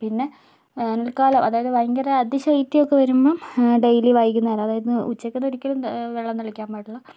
പിന്നെ വേനൽക്കാലം അതായത് ഭയങ്കര അതിശൈത്യമൊക്കെ വരുമ്പോൾ ഡെയിലി വെകുന്നേരം അതായത് ഉച്ചക്കൊന്നും ഒരിക്കലും വെള്ളം തളിക്കാൻ പാടില്ല